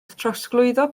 trosglwyddo